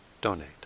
donate